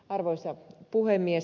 arvoisa puhemies